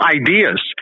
ideas